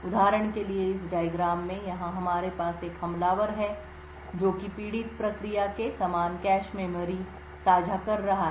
उदाहरण के लिए इस डायग्राम में यहाँ हमारे पास एक हमलावर है जोकि पीड़ित प्रक्रिया के समान कैश मेमोरी साझा कर रहा है